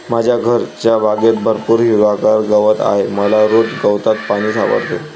माझ्या घरच्या बागेत भरपूर हिरवागार गवत आहे मला रोज गवतात पाणी सापडते